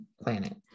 planet